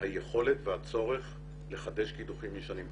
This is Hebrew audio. היכולת והצורך לחדש קידוחים ישנים.